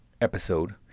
episode